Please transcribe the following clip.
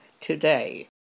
today